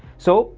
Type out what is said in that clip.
so,